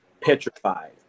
petrified